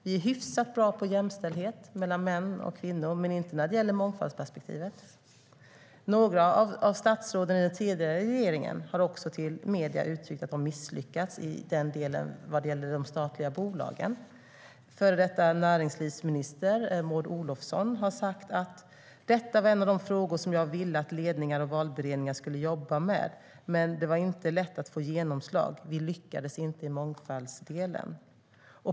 Vi är hyfsat bra på jämställdhet mellan män och kvinnor, men inte när det gäller mångfaldsperspektivet. Några av statsråden i den tidigare regeringen har uttryckt till medierna att de misslyckats i fråga om de statliga bolagen. Före detta näringsminister Maud Olofsson har sagt: Detta var en av de frågor som jag ville att ledningar och valberedningar skulle jobba med, men det var inte lätt att få genomslag. Vi lyckades inte i mångfaldsdelen.